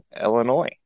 Illinois